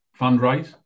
fundraise